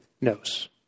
knows